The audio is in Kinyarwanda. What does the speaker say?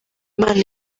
imana